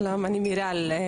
שלום, אני מיראל.